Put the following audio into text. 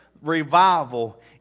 revival